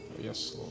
Yes